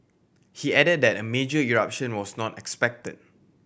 he added that a major eruption was not expected